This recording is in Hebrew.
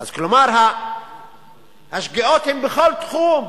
כלומר, השגיאות הן בכל תחום.